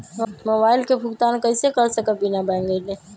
Mobile के भुगतान कईसे कर सकब बिना बैंक गईले?